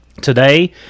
today